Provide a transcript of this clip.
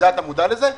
אתה מודע לזה?